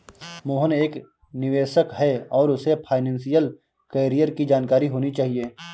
मोहन एक निवेशक है और उसे फाइनेशियल कैरियर की जानकारी होनी चाहिए